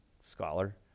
scholar